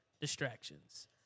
distractions